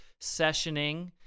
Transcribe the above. sessioning